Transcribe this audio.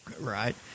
right